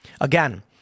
Again